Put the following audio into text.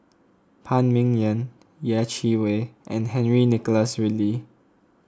Phan Ming Yen Yeh Chi Wei and Henry Nicholas Ridley